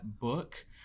book